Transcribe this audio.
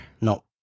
no